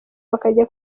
bakajya